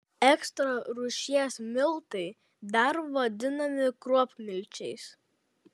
ekstra rūšies miltai dar vadinami kruopmilčiais